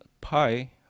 pi